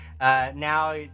now